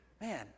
man